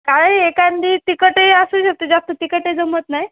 काय एखादी तिखटही असू शकते जास्त तिखटही जमत नाही